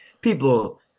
people